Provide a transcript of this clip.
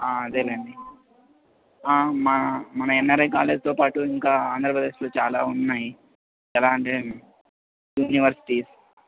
ఆ అదేనండి మా మన ఎన్ఆర్ఐ కాలేజ్తో పాటు ఇంకా ఆంధ్రప్రదేశ్లో చాలా ఉన్నాయి ఎలా అంటే యూనివర్సిటీస్